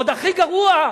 ועוד הכי גרוע,